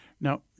Now